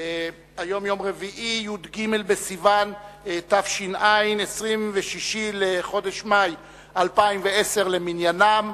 י"ג בסיוון תש"ע, 26 בחודש מאי 2010 למניינם.